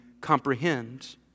comprehend